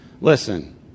Listen